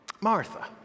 Martha